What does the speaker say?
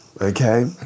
Okay